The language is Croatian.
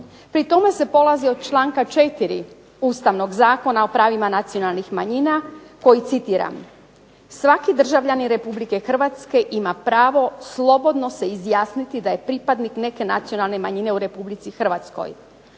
Pri tome se polazi od članka 4. Ustavnog zakona o pravima nacionalnih manjina koji citiram: "Svaki državljanin RH ima pravo slobodno se izjasniti da je pripadnik neke nacionalne manjine u RH".